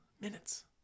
minutes